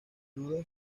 duda